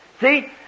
See